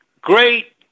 great